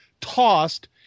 tossed